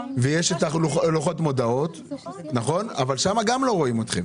ויש לוחות מודעות אבל גם שם לא רואים אתכם.